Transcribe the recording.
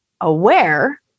aware